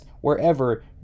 wherever